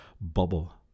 bubble